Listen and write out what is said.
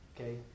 Okay